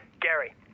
Gary